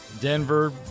Denver